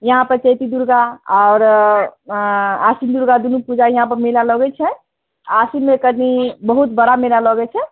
यहाँ पर चैती दुर्गा आओर आश्विन दुर्गा दुनू पूजा यहाँपर मेला लगैत छै आ आश्विनमे कनि बहुत बड़ा मेला लगैत छै